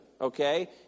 okay